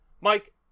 Mike